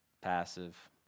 passive